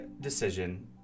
decision